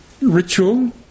ritual